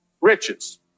riches